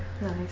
nice